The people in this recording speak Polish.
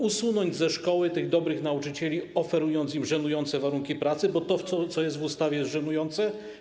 Usunąć ze szkoły tych dobrych nauczycieli, oferując im żenujące warunki pracy, bo to, co jest w ustawie, jest żenujące.